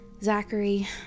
Zachary